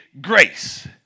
grace